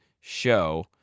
Show